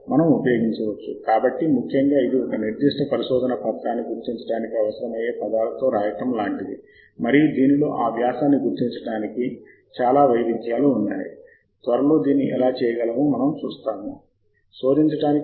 గుర్తించబడిన జాబితా అప్పుడు బుట్టలో ఇప్పటికే ఎన్ని అంశాలు ఉన్నాయో చూపించాలి ఆపై ఒకసారి సేకరించడం పూర్తయింది మూడు దశల ప్రక్రియకు వెళ్లడానికి గుర్తించబడిన జాబితా టాబ్పై క్లిక్ చేయండి డేటాను సేకరిస్తోంది